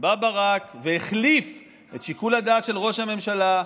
בא ברק והחליף את שיקול הדעת של ראש הממשלה,